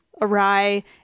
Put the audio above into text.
awry